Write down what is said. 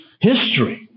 history